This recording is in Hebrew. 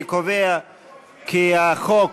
אני קובע כי החוק,